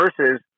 Versus